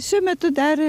šiuo metu dar